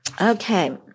Okay